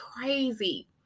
crazy